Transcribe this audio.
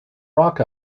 rock